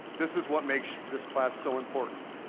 this is what makes this class so important.